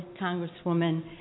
Congresswoman